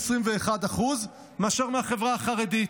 21% מאשר מהחברה החרדית,